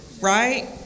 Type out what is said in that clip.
right